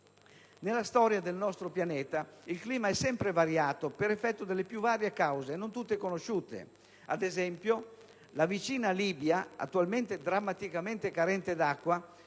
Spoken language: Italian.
Nella storia del nostro pianeta il clima è sempre variato per effetto delle più varie cause, non tutte conosciute. Ad esempio, la vicina Libia, attualmente drammaticamente carente d'acqua,